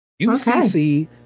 UCC